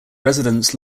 residents